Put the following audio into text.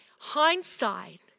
Hindsight